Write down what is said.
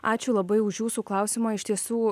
ačiū labai už jūsų klausimą iš tiesų